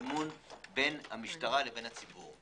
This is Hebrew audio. אמון בין המשטרה לבין הציבור.